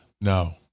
No